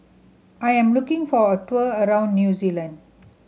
I'm looking for a tour around New Zealand